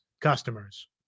customers